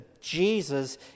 Jesus